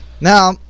Now